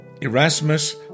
erasmus